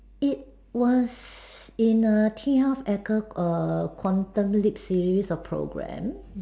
it was in a tea house err quantum lip series of programme